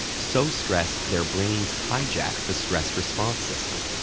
so stressed their brains hijack the stress response system,